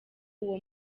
uwo